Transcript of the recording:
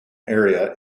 area